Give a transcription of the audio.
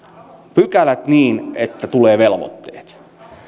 pykälät niin että tulee velvoitteet